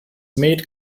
made